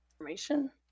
information